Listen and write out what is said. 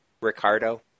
ricardo